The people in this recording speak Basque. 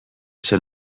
zen